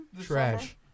Trash